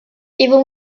even